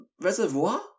Reservoir